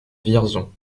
vierzon